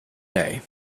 day